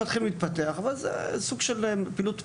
זהו סוג של פעילות פנאי.